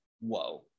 whoa